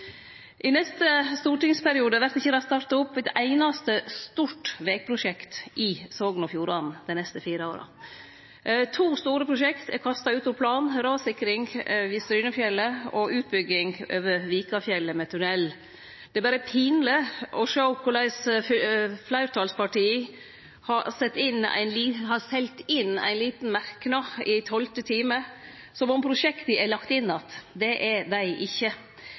I neste stortingsperiode, dei neste fire åra, vert det ikkje starta opp eit einaste stort vegprosjekt i Sogn og Fjordane. To store prosjekt er kasta ut av planen – rassikring over Strynefjellet og utbygging over Vikafjell med tunnel. Det er berre pinleg å sjå korleis fleirtalspartia har selt inn ein liten merknad i tolvte timen, som om prosjekta er lagde inn att. Det er dei ikkje.